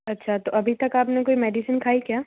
अच्छा तो अभी तक आपने कोई मेडिसिन खाई क्या